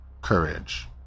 courage